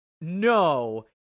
no